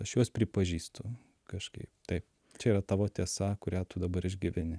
aš juos pripažįstu kažkaip taip čia yra tavo tiesa kurią tu dabar išgyveni